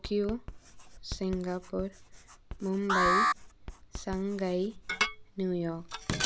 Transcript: Tokyo Singapore Mumbai Shanghai New York